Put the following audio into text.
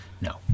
No